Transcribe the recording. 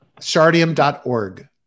Shardium.org